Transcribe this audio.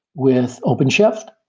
with openshift,